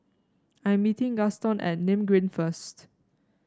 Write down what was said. I am meeting Gaston at Nim Green first